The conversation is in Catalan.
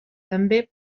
també